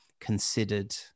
considered